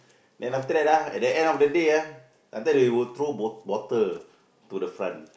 then after that ah at the end of the day ah after that they will throw bo~ bottle to the front